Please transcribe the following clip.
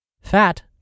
Fat